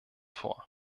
vor